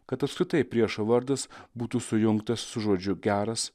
kad apskritai priešo vardas būtų sujungtas su žodžiu geras